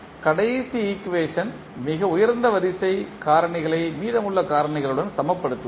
கடைசி ஈக்குவேஷன் மிக உயர்ந்த வரிசை காரணிகளை மீதமுள்ள காரணிகளுடன் சமப்படுத்துவோம்